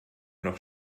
noch